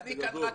בגדול.